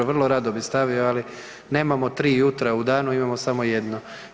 Vrlo rado bih stavio, ali nemamo tri jutra u danu, imamo samo jedno.